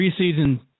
preseason